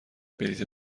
بلیط